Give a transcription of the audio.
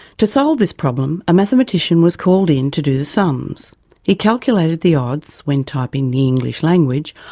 to solve this problem, a mathematician was called in to do the sums he calculated the odds when typing the english language,